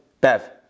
Bev